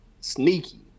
sneaky